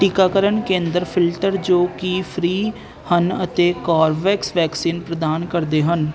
ਟੀਕਾਕਰਨ ਕੇਂਦਰ ਫਿਲਟਰ ਜੋ ਕਿ ਫ੍ਰੀ ਹਨ ਅਤੇ ਕੋਰਬੇਵੈਕਸ ਵੈਕਸੀਨ ਪ੍ਰਦਾਨ ਕਰਦੇ ਹਨ